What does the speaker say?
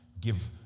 Give